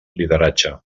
lideratge